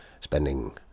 spending